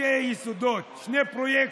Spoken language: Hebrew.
שני יסודות, שני פרויקטים.